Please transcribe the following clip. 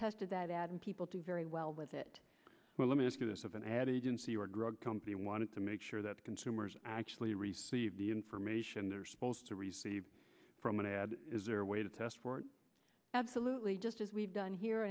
tested that ad and people do very well with it well let me ask you this of an ad agency or drug company wanted to make sure that consumers actually receive the information they're supposed to receive from an ad is there a way to test for absolutely just as we've done here